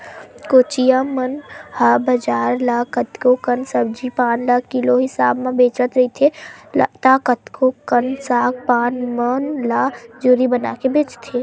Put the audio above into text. कोचिया मन ह बजार त कतको कन सब्जी पान ल किलो हिसाब म बेचत रहिथे त कतको कन साग पान मन ल जूरी बनाके बेंचथे